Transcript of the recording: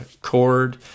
cord